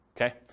Okay